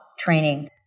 Training